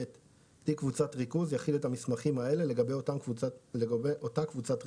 תיק קבוצת ריכוז יכיל את המסמכים האלה לגבי אותה קבוצת ריכוז: